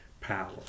power